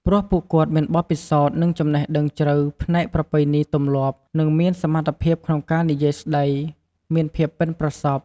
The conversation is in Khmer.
ព្រោះពួកគាត់មានបទពិសោធន៍ និងចំណេះដឹងជ្រៅផ្នែកប្រពៃណីទម្លាប់ និងមានសមត្ថភាពក្នុងការនិយាយស្ដី មានភាពប៉ិនប្រសប់។